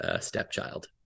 stepchild